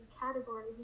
category